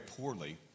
poorly